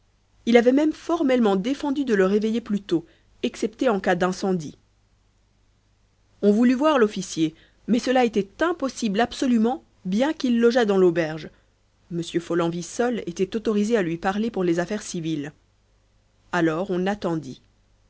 il avait même formellement défendu de le réveiller plus tôt excepté en cas d'incendie on voulut voir l'officier mais cela était impossible absolument bien qu'il logeât dans l'auberge m follenvie seul était autorisé à lui parler pour les affaires civiles alors on attendit